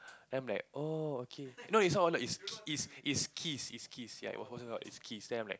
then I'm like oh okay no it's not wallet it it it's key it's keys ya then I'm like